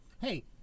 Hey